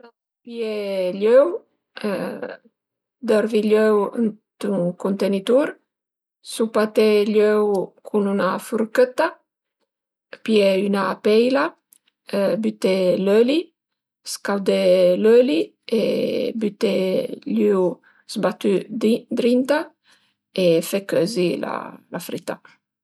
Ëntà pìé gl'öu, dörvi gl'öu ënt ün cuntenitur, supaté gl'öu cun 'na furchëtta, pìé üna peila, büté l'öli, scaudé l'öli e büté gl'öu sbatü' drinta e fe cözi la frità